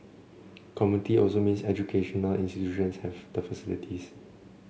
community also means educational institutions have the facilities